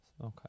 Okay